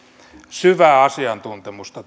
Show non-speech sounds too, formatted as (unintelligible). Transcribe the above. syvää asiantuntemusta (unintelligible)